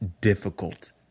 difficult